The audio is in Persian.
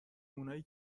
اونایی